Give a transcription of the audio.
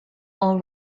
all